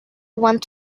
one